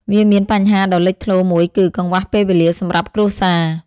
វាមានបញ្ហាដ៏លេចធ្លោមួយគឺ កង្វះពេលវេលាសម្រាប់គ្រួសារ។